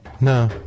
No